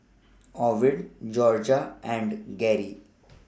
Ovid Jorja and Geri